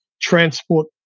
transport